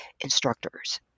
instructors